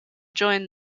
join